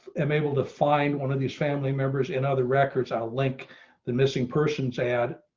am able to find one of these family members in other records. i'll link the missing persons add